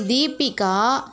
Deepika